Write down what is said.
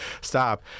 stop